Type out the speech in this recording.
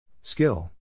Skill